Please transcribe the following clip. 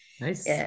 Nice